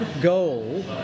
goal